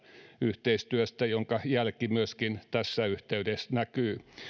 yhteistyöstä jonka jälki myöskin tässä yhteydessä näkyy